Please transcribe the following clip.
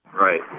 Right